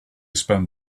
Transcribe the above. spent